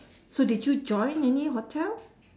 so did you join any hotel